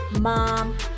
mom